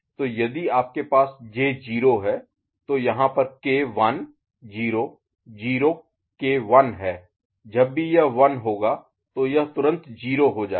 तो यदि आपके पास J 0 है तो यहां पर K 1 0 0 K 1 है जब भी यह 1 होगा तो यह तुरंत 0 हो जायेगा